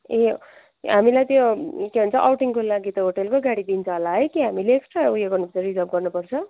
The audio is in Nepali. ए हामीलाई त्यो के भन्छ आउटिङको लागि त होटलकै गाडी दिन्छ होला है कि हामीले एक्सट्रा ऊ यो गर्नुपर्छ रिजर्भ गर्नुपर्छ